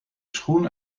schoen